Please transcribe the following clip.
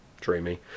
Dreamy